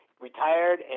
retired